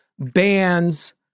bands